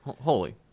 Holy